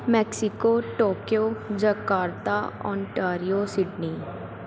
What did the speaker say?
Mexico Tokyo Jakarta Ontario Sydney